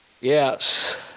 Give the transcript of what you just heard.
yes